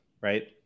right